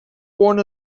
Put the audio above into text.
born